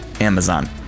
Amazon